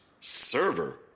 Server